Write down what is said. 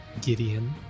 Gideon